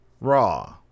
Raw